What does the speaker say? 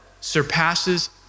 Surpasses